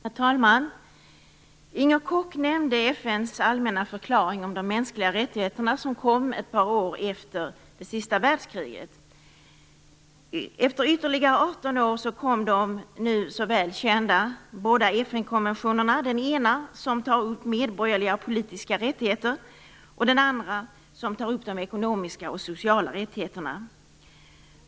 Herr talman! Inger Koch nämnde FN:s allmänna förklaring om de mänskliga rättigheterna som kom ett par år efter det sista världskriget. Efter ytterligare 18 år kom de båda nu så väl kända FN-konventionerna. Den ena tar upp medborgerliga och politiska rättigheter och den andra tar upp de ekonomiska och sociala rättigheterna.